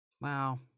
Wow